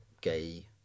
gay